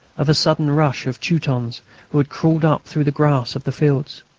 of a sudden rush of teutons who had crawled up through the grass of the fields.